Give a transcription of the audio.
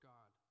God